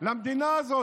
למדינה הזאת.